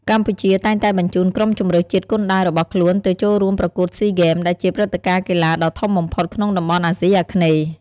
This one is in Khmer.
កម្ពុជាតែងតែបញ្ជូនក្រុមជម្រើសជាតិគុនដាវរបស់ខ្លួនទៅចូលរួមប្រកួតស៊ីហ្គេម ដែលជាព្រឹត្តិការណ៍កីឡាដ៏ធំបំផុតក្នុងតំបន់អាស៊ីអាគ្នេយ៍។